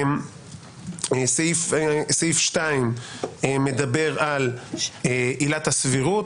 סעיף 2 מדבר על עילת הסבירות,